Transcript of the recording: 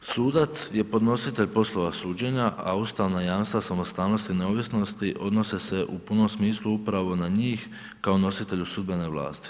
Sudac je podnositelj poslova suđenja, a ustavna jamstva samostalnosti i neovisnosti odnose se u punom smislu upravo na njih, kao nositelju sudbene vlasti.